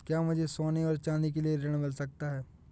क्या मुझे सोने और चाँदी के लिए ऋण मिल सकता है?